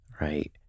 right